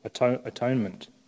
atonement